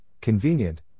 convenient